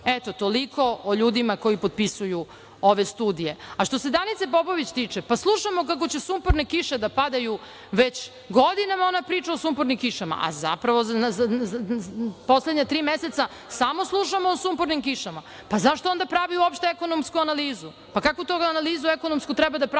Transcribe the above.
Eto, toliko o ljudima koji potpisuju ove studije. Što se Danice Popović tiče, slušamo kako će sumporne kiše da padaju, već godinama ona priča o sumpornim kišama, poslednja tri meseca samo slušamo o sumpornim kišama. Zašto onda pravi uopšte ekonomsku analizu? Kako tu analizu ekonomsku treba da pravimo